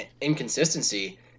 inconsistency